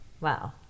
wow